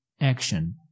action